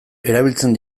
erabiltzen